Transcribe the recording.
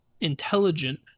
intelligent